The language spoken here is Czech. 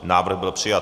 Návrh byl přijat.